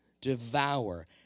devour